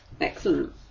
Excellent